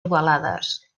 ovalades